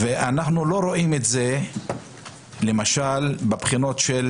אנחנו לא רואים את זה למשל בבחינות של